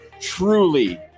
truly